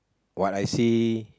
what I see